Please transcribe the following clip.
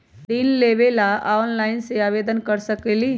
ऋण लेवे ला ऑनलाइन से आवेदन कर सकली?